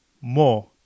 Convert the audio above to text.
more